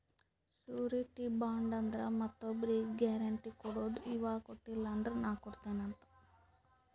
surety bond ಅಂದುರ್ ಮತ್ತೊಬ್ರಿಗ್ guarantee ಕೊಡದು ಇವಾ ಕೊಟ್ಟಿಲ ಅಂದುರ್ ನಾ ಕೊಡ್ತೀನಿ ಅಂತ್